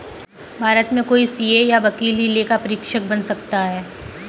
भारत में कोई सीए या वकील ही लेखा परीक्षक बन सकता है